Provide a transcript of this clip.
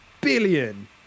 billion